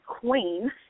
queen